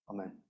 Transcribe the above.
Amen